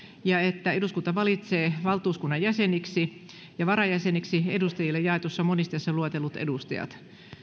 ja että eduskunta valitsee valtuuskunnan jäseniksi ja varajäseniksi edustajille jaetussa monisteessa luetellut edustajat